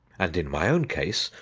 and in my own case,